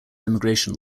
immigration